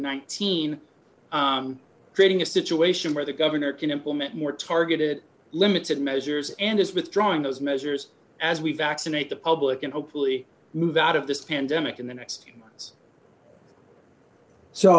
nineteen creating a situation where the governor can implement more targeted limited measures and is withdrawing those measures as we vaccinate the public and hopefully move out of this pandemic in the next so